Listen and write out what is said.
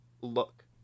look